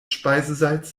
speisesalz